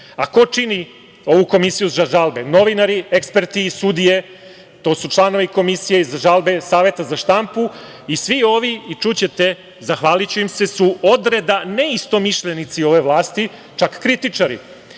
čini ovu Komisiju za žalbe? Novinari, eksperti i sudije. To su članovi Komisije za žalbe Saveta za štampu. I svi ovi, i čućete, zahvaliću im se, su odreda neistomišljenici ove vlasti, čak kritičari.